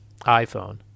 iPhone